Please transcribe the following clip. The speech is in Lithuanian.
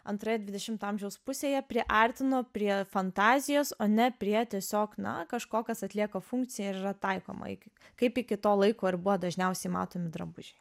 antroje dvidešimto amžiaus pusėje priartino prie fantazijos o ne prie tiesiog na kažkokios atlieka funkciją yra taikoma iki kaip iki to laiko ir buvo dažniausiai matomi drabužiai